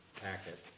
packet